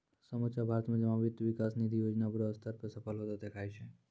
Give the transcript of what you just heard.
समुच्चा भारत मे जमा वित्त विकास निधि योजना बड़ो स्तर पे सफल होतें देखाय छै